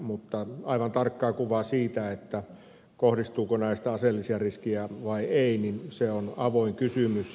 mutta aivan tarkkaa kuvaa siitä kohdistuuko näistä aseellisia riskejä vai ei on avoin kysymys